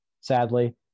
sadly